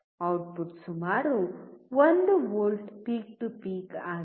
output ಸುಮಾರು 1 volt peak to peak ಆಗಿದೆ